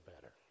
better